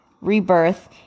rebirth